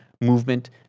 movement